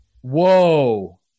Whoa